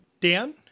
Dan